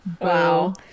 Wow